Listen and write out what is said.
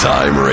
Time